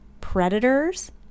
predators